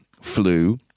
flu